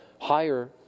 higher